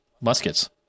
muskets